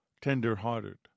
tender-hearted